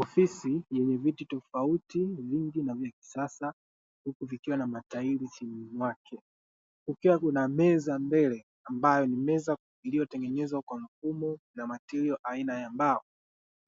Ofisi yenye viti tofauti vingi na vya kisasa huku vikiwa na matairi chini mwake kukiwa kuna meza mbele ambayo ni meza iliyotengenezwa kwa mfumo na matirio aina ya mbao,